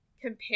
compare